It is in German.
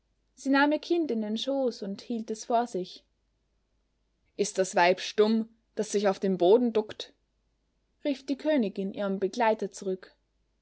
sie nahm ihr kind in den schoß und hielt es vor sich ist das weib stumm das sich auf den boden duckt rief die königin ihrem begleiter zurück